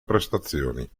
prestazioni